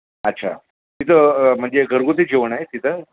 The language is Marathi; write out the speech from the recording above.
अच्छा तिथं म्हणजे घरगुती जेवण आहे तिथं